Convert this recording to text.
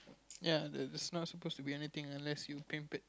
ya the smell's supposed to be anything unless you pimp it